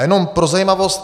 Jenom pro zajímavost.